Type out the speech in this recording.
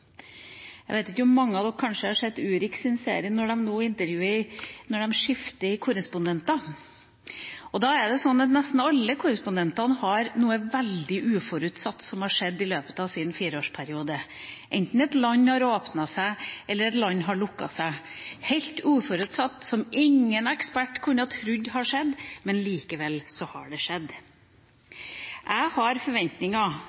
Jeg vet ikke om mange av dere har sett Urix’ serie når de intervjuer ved skifte av korrespondenter. Nesten alle korrespondentene har opplevd at noe veldig uforutsett har skjedd i løpet sin fireårsperiode – enten at land har åpnet seg, eller at land har lukket seg – helt uforutsett, som ingen ekspert kunne ha trodd ville skje, men likevel har det skjedd. Jeg har forventninger